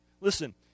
Listen